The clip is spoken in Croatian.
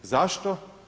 Zašto?